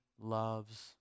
loves